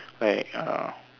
like uh